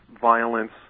violence